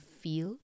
feel